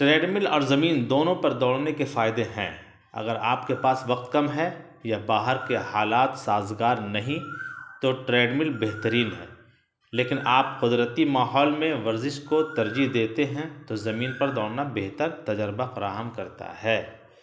trade مل اور زمین دونوں پر دوڑنے کے فائدے ہیں اگر آپ کے پاس وقت کم ہے یا باہر کے حالات سازگار نہیں تو ٹریڈ مل بہترین ہے لیکن آپ قدرتی ماحول میں ورزش کو ترجیح دیتے ہیں تو زمین پر دوڑنا بہتر تجربہ فراہم کرتا ہے